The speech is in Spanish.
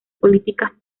políticas